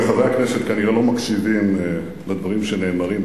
חברי הכנסת כנראה לא מקשיבים לדברים שנאמרים,